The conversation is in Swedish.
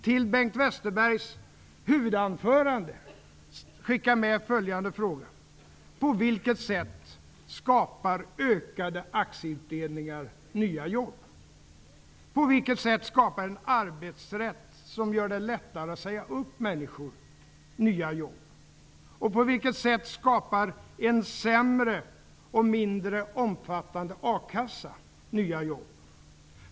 Till Bengt Westerbergs huvudanförande vill jag skicka med följande frågor: På vilket sätt skapar ökade aktieutdelningar nya jobb? På vilket sätt skapar en arbetsrätt som gör det lättare att säga upp människor nya jobb? På vilket sätt skapar en sämre och mindre omfattande a-kassa nya jobb?